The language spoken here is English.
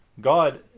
God